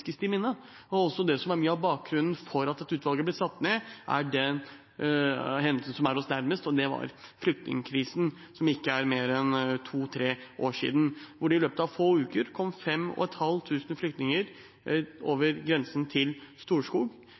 friskest i minne, og som også er mye av bakgrunnen for at dette utvalget ble satt ned, er hendelsen nærmest oss: Det var flyktningkrisen, som det ikke er mer enn to–tre år siden, hvor det i løpet av få uker kom 5 500 flyktninger over grensen til Storskog